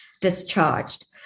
discharged